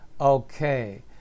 okay